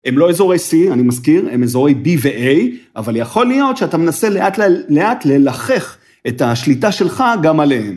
הם לא אזורי C, אני מזכיר, הם אזורי B ו-A, אבל יכול להיות שאתה מנסה לאט לאט ללחך את השליטה שלך גם עליהן.